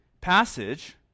passage